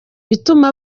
bituma